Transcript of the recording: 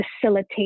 facilitate